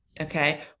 Okay